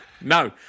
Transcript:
No